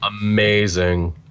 amazing